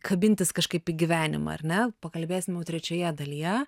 kabintis kažkaip į gyvenimą ar ne pakalbėsim trečioje dalyje